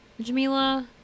Jamila